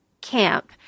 camp